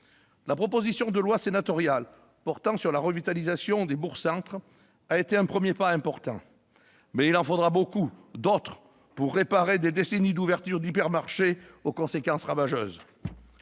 La proposition de loi sénatoriale portant Pacte national pour la revitalisation des centres-villes et centres-bourgs a été un premier pas important, mais il en faudra beaucoup d'autres pour réparer des décennies d'ouvertures d'hypermarchés aux conséquences ravageuses.